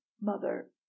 mother